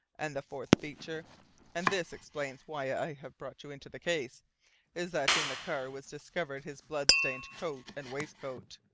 and the fourth feature and this explains why i have brought you into the case is that in the car was discovered his bloodstained coat and waistcoat.